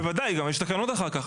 בוודאי, גם יש תקנות אחר כך.